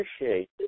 appreciate